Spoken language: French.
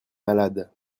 malade